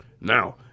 Now